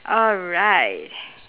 alright